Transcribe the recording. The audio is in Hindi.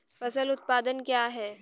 फसल उत्पादन क्या है?